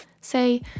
say